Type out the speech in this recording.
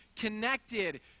connected